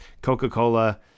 Coca-Cola